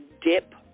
Dip